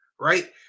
right